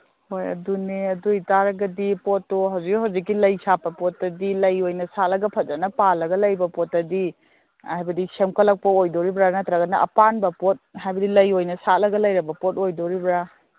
ꯍꯣꯏ ꯑꯗꯨꯅꯦ ꯑꯗꯨ ꯑꯣꯏꯇꯥꯔꯒꯗꯤ ꯄꯣꯠꯇꯣ ꯍꯧꯖꯤꯛ ꯍꯧꯖꯤꯛꯀꯤ ꯂꯩ ꯁꯥꯠꯄ ꯄꯣꯠꯇꯗꯤ ꯂꯩ ꯑꯣꯏꯅ ꯁꯥꯠꯂꯒ ꯐꯖꯅ ꯄꯥꯜꯂꯒ ꯂꯩꯕ ꯄꯣꯠꯇꯗꯤ ꯍꯥꯏꯕꯗꯤ ꯁꯦꯝꯀꯠꯂꯛꯄ ꯑꯣꯏꯗꯧꯔꯤꯕ꯭ꯔꯥ ꯅꯠꯇ꯭ꯔꯒꯅ ꯑꯄꯥꯟꯕ ꯄꯣꯠ ꯍꯥꯏꯕꯗꯤ ꯂꯩ ꯑꯣꯏꯅ ꯁꯥꯠꯂꯒ ꯂꯩꯔꯕ ꯄꯣꯠ ꯑꯣꯏꯗꯣꯔꯤꯕ꯭ꯔꯥ